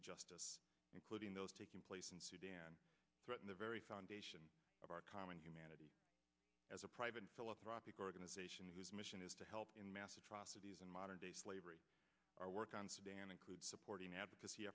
injustice including those taking place in sudan threaten the very foundation of our common humanity as a private philanthropic organization whose mission is to help in mass atrocities in modern day slavery our work on sudan includes supporting advocacy